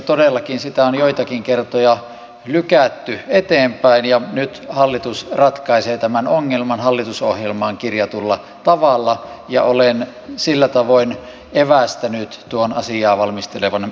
todellakin sitä on joitakin kertoja lykätty eteenpäin ja nyt hallitus ratkaisee tämän ongelman hallitusohjelmaan kirjatulla tavalla ja olen sillä tavoin evästänyt tuon asiaa valmistelevan työryhmän